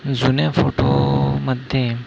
जुन्या फोटोमध्ये